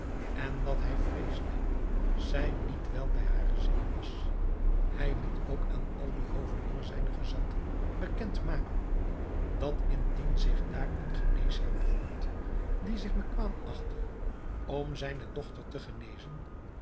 en dat hij vreesde zij niet wel bij hare zinnen was hij liet ook aan al die hoven door zijne gezanten bekend maken dat indien zich daar een geneesheer bevond die zich bekwaam achtte om zijne dochter te genezen